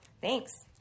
Thanks